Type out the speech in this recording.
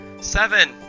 Seven